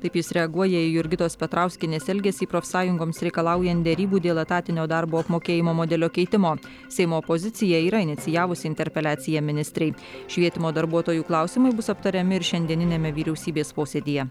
taip jis reaguoja į jurgitos petrauskienės elgesį profsąjungoms reikalaujant derybų dėl etatinio darbo apmokėjimo modelio keitimo seimo opozicija yra inicijavusi interpeliaciją ministrei švietimo darbuotojų klausimai bus aptariami ir šiandieniniame vyriausybės posėdyje